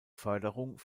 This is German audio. förderung